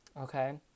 okay